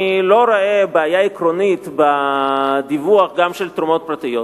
אני לא רואה בעיה עקרונית בדיווח גם על תרומות פרטיות,